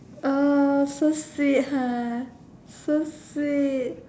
oh so sweet ha so sweet